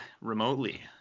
remotely